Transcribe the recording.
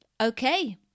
Okay